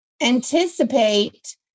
anticipate